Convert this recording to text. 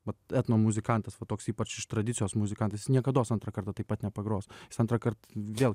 vat etnomuzikantas va toks ypač iš tradicijos muzikantas jis niekados antrą kartą taip pat nepagros antrąkart vėl